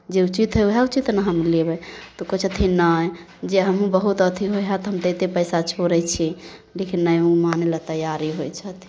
जे उचित हइ उएह उचित ने हम लेबै तऽ कहै छथिन नहि जे हमहूँ बहुत अथि होइ हए तऽ हम एतेक पैसा छोड़ै छी लेकिन नहि ओ मानय लए तैयारी होइ छथिन